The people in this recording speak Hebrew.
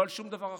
לא על שום דבר אחר.